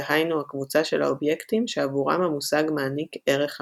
דהיינו הקבוצה של האובייקטים שעבורם המושג מעניק ערך אמיתי.